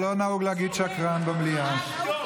אבל לא סתם שקרן, לא יודע.